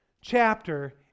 chapter